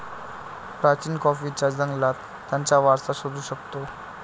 प्राचीन कॉफीच्या जंगलात त्याचा वारसा शोधू शकतो